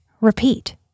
Repeat